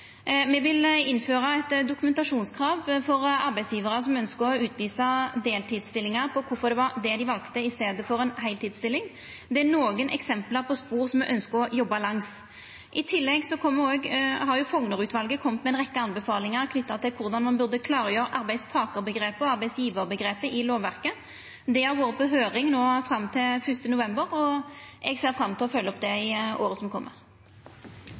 Me vil innføra eit dokumentasjonskrav for arbeidsgjevarar som ønskjer å lysa ut deltidsstillingar, om kvifor dei valde det i staden for ei heiltidsstilling. Det er nokre eksempel på spor me ønskjer å jobba langs. I tillegg har Fougner-utvalet kome med ei rekkje anbefalingar knytte til korleis ein burde klargjera arbeidstakaromgrepet og arbeidsgjevaromgrepet i lovverket. Det har vore på høyring no fram til 1. november, og eg ser fram til å følgja det opp i åra som